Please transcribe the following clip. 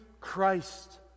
Christ